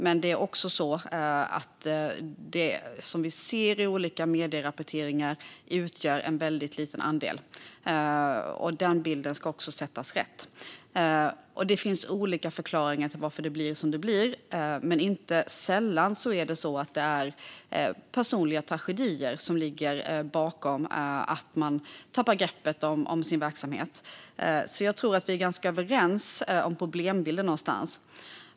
Men det vi ser i olika medierapporteringar utgör också en väldigt liten andel. Den bilden ska ges på ett rätt sätt. Det finns olika förklaringar till att det blir som det blir. Men inte sällan är det personliga tragedier som ligger bakom att man tappar greppet om sin verksamhet. Jag tror alltså att vi är ganska överens om problembilden.